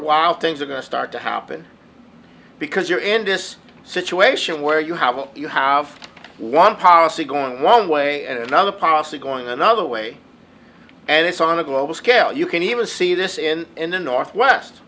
wild things are going to start to happen because you're in this situation where you have a you have one policy going one way and another policy going another way and it's on a global scale you can even see this in in the northwest